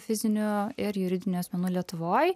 fizinių ir juridinių asmenų lietuvoj